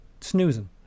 snoozing